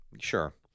Sure